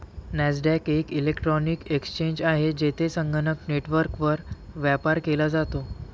Nasdaq एक electronic exchange आहे, जेथे संगणक नेटवर्कवर व्यापार केला जातो